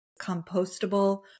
compostable